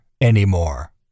anymore